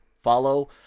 follow